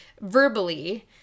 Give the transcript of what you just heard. verbally